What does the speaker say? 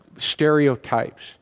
stereotypes